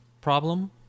problem